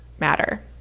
matter